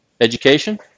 education